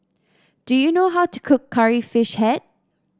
do you know how to cook Curry Fish Head